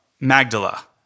Magdala